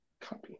Copy